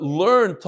learn